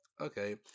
Okay